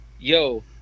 Yo